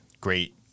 great